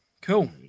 Cool